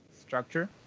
structure